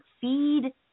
feed